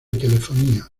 telefonía